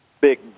big